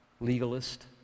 Legalist